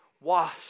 wash